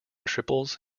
triples